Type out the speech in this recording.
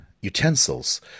utensils